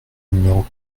numéro